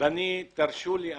ותרשו לי,